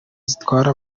zitwara